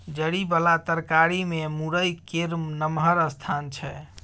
जरि बला तरकारी मे मूरइ केर नमहर स्थान छै